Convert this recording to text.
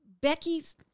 Becky's